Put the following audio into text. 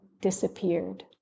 disappeared